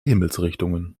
himmelsrichtungen